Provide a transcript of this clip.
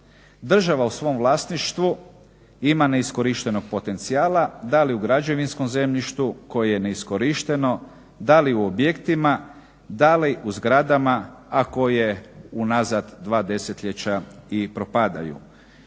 država u svom vlasništvu ima neiskorištenog potencijala, da li u građevinskom zemljištu koje je neiskorišteno, da li u objektima, da li u zgradama, a koje unazad dva desetljeća i propadaju.